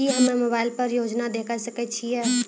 की हम्मे मोबाइल पर योजना देखय सकय छियै?